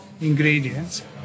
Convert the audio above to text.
ingredients